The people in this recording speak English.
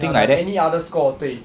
ya the any other score 对